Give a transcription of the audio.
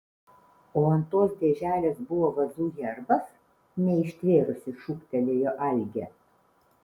o ant tos dėželės buvo vazų herbas neištvėrusi šūktelėjo algė